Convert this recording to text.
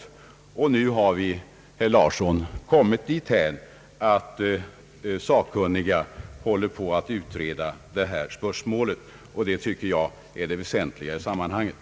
Nu har vi, herr Larsson, kommit dithän att sakkunniga håller på att utreda detta spörsmål, och det tycker jag är det väsentliga i sammanhanget.